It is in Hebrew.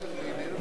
זה דבר ראשון.